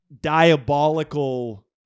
diabolical